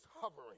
hovering